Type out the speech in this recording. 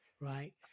right